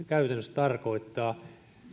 käytännössä tarkoittaa